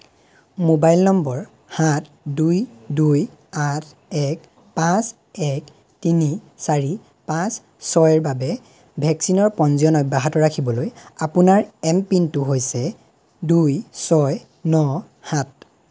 mobile নম্বৰ সাত দুই দুই আঠ এক পাঁচ এক তিনি চাৰি পাঁচ ছয়ৰ বাবে ভেকচিনৰ পঞ্জীয়ন অব্যাহত ৰাখিবলৈ আপোনাৰ এম পিনটো হৈছে দুই ছয় ন সাত